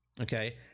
Okay